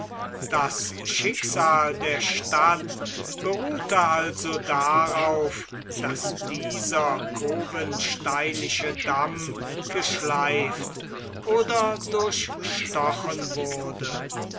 das schicksal der stadt beruhte also darauf daß dieser cowensteinische damm geschleift oder durchstochen wurde